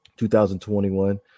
2021